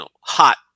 hot